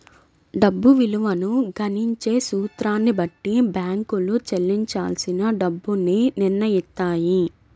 డబ్బు విలువను గణించే సూత్రాన్ని బట్టి బ్యేంకులు చెల్లించాల్సిన డబ్బుని నిర్నయిత్తాయి